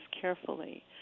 carefully